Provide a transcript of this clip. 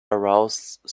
aroused